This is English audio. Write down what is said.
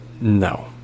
No